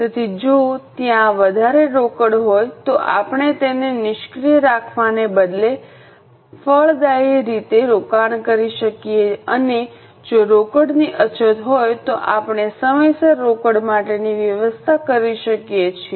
તેથી જો ત્યાં વધારે રોકડ હોય તો આપણે તેને નિષ્ક્રિય રાખવાને બદલે ફળદાયી રીતે રોકાણ કરી શકીએ અને જો રોકડની અછત હોય તો આપણે સમયસર રોકડ માટેની વ્યવસ્થા કરી શકીએ છીએ